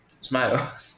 smile